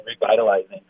revitalizing